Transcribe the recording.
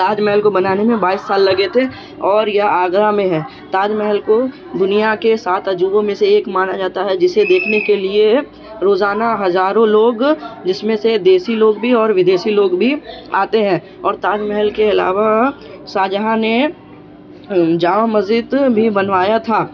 تاج محل کو بنانے میں بائیس سال لگے تھے اور یہیا آگرہ میں ہے تاج محل کو دنیا کے سات عجوبوں میں سے ایک مانا جاتا ہے جسے دیکھنے کے لیے روزانہ ہزاروں لوگ جس میں سے دیسی لوگ بھی اور ودیشی لوگ بھی آتے ہیں اور تاج محل کے علاوہ شاہجہاں نے جامع مسجد بھی بنوایا تھا